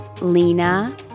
Lena